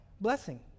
Blessing